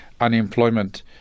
unemployment